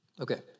Okay